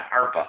arpa